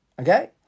Okay